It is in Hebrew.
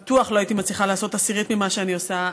בטוח לא הייתי מצליחה לעשות עשירית ממה שאני עושה,